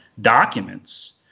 documents